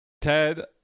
Ted